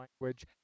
language